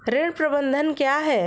ऋण प्रबंधन क्या है?